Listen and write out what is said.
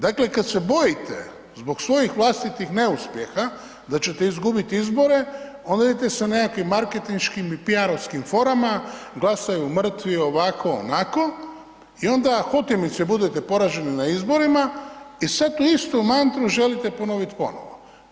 Dakle kad se bojite zbog svojih vlastitih neuspjeha da ćete izgubiti izbore, onda idete sa nekakvih marketinškim i PR-ovskim forama, glasaju mrtvi, ovako, onako i onda hotimice budete poraženi na izborima i sad tu istu mantru želite ponoviti ponovo.